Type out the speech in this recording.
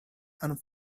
and